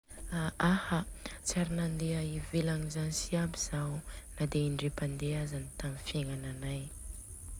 A aha, tsy ary nandeha ivelagny zany si aby zao nade indrepandeha aza taminy fiegnana anay.